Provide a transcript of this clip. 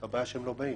הבעיה היא שהם לא באים,